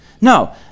No